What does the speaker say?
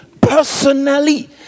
personally